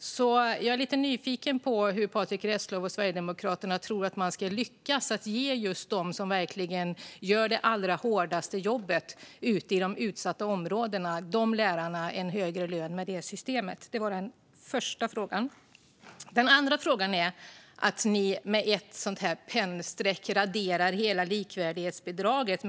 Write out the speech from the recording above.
Jag är därför lite nyfiken på hur Patrick Reslow och Sverigedemokraterna tror att man ska lyckas ge de lärare som verkligen gör det allra hårdaste jobbet ute i de utsatta områdena en högre lön med det systemet. Det var den första frågan. Den andra frågan handlar om att ni med ett pennstreck i en mening raderar hela likvärdighetsbidraget.